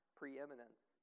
preeminence